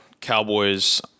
Cowboys